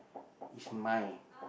is mine